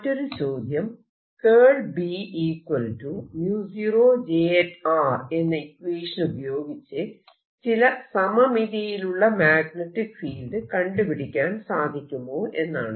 മറ്റൊരു ചോദ്യം എന്ന ഇക്വേഷൻ ഉപയോഗിച്ച് ചില സമമിതിയുള്ള മാഗ്നെറ്റിക് ഫീൽഡ് കണ്ടുപിടിക്കാൻ സാധിക്കുമോ എന്നാണ്